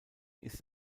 ist